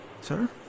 Sir